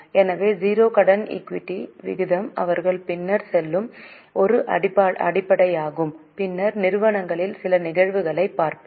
எனவே 0 கடன் ஈக்விட்டி விகிதம் அவர்கள் பின்னர் செல்லும் ஒரு அடிப்படையாகும் பின்னர் நிறுவனங்களின் சில நிகழ்வுகளைப் பார்ப்போம்